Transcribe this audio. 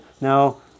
Now